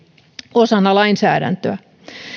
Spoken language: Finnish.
osana lainsäädäntöä